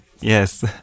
Yes